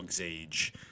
age